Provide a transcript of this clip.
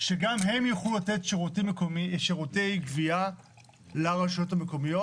שגם הם יוכלו לתת שירותי גבייה לרשויות מקומיות.